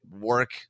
work